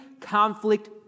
conflict